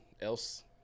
else